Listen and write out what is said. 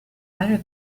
better